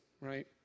right